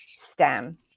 STEM